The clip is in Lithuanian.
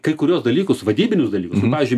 kai kuriuos dalykus vadybinius dalykus nu pavyzdžiui